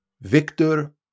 Victor